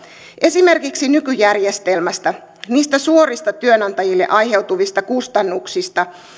esimerkiksi nykyjärjestelmässä suorista työnantajille aiheutuvista kustannuksista